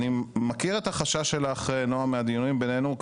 אני מכיר את החשש שלך, נעה, מהדיונים בינינו.